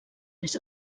més